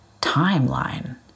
timeline